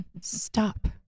Stop